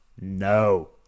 No